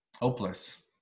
hopeless